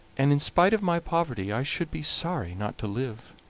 and in spite of my poverty i should be sorry not to live.